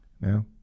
Now